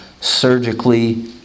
surgically